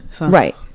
Right